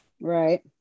Right